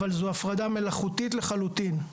אבל זו הפרדה מלאכותית לחלוטין.